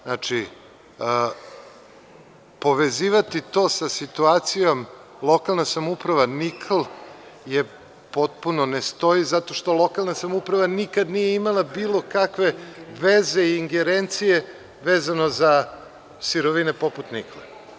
Znači, povezivati to sa situacijom, lokalna samouprava i nikl potpuno ne stoji, zato što lokalna samouprava nikada nije imala bilo kakve veze i ingerencije vezano za sirovine poput nikla.